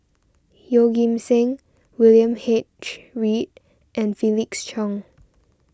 Yeoh Ghim Seng William H Read and Felix Cheong